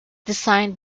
designed